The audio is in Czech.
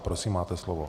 Prosím máte slovo.